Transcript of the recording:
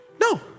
No